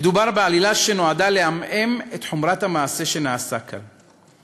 מדובר בעלילה שנועדה לעמעם את חומרת המעשה שנעשה כאן.